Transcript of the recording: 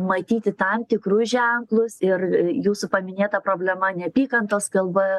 matyti tam tikrus ženklus ir jūsų paminėta problema neapykantos kalba